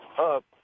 up